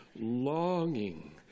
longing